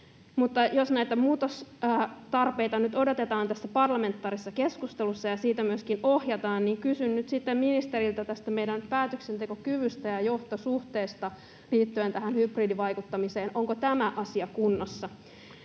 mutta jos näitä muutostarpeita nyt odotetaan tässä parlamentaarisessa keskustelussa ja siitä myöskin ohjataan, niin kysyn nyt sitten ministeriltä tästä meidän päätöksentekokyvystämme ja johtosuhteestamme liittyen tähän hybridivaikuttamiseen: onko tämä asia kunnossa?